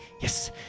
yes